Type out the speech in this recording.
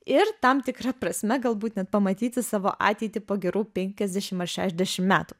ir tam tikra prasme galbūt net pamatyti savo ateitį po gerų penkiasdešimt ar šešiasdešimt metų